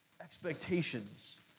expectations